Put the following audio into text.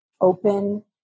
open